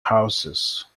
houses